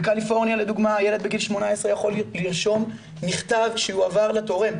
בקליפורניה לדוגמה ילד בגיל 18 יכול לרשום מכתב שיועבר לתורם,